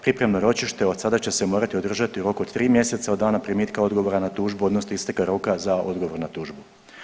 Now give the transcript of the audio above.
Pripremno ročište od sada će se morati održati u roku od tri mjeseca od dana primitka odgovora na tužbu, odnosno isteka roka za odgovor na tužbu.